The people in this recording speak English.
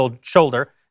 shoulder